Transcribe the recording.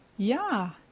yeah.